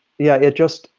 yeah it just